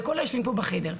לכל היושבים פה בחדר.